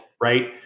right